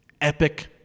epic